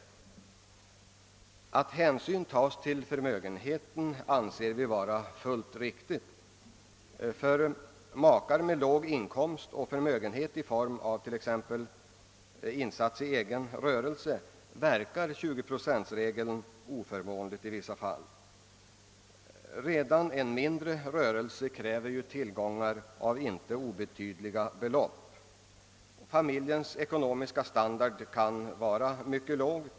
Vi anser det fullt riktigt att hänsyn tas till förmögenheten, ty 20-procentregeln verkar i vissa fall oförmånlig för makar med låg inkomst och förmögenhet i form av exempelvis kapital insatt i rörelse. Redan en mindre rörelse kräver tillgångar på inte obetydliga belopp. Familjens ekonomiska standard kan ändå vara mycket låg.